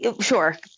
Sure